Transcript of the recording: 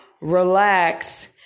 relax